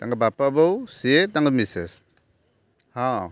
ତାଙ୍କ ବାପା ବୋଉ ସିଏ ତାଙ୍କ ମିସେସ୍ ହଁ